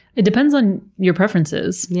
it depends on your preferences. yeah